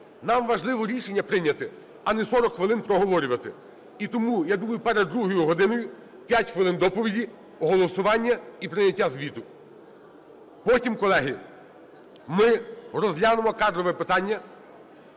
Нам важливо рішення прийняти, а не 40 хвилин проговорювати. І тому, я думаю, перед другою годиною – 5 хвилин доповіді, голосування і прийняття звіту. Потім, колеги, ми розглянемо кадрове питання,